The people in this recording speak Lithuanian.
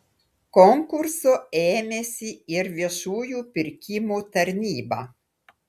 konkurso ėmėsi ir viešųjų pirkimų tarnyba